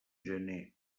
gener